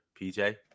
PJ